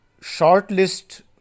shortlist